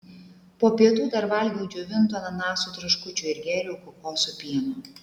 po pietų dar valgiau džiovintų ananasų traškučių ir gėriau kokosų pieno